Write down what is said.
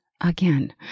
again